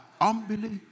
unbelief